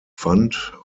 fand